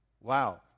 Wow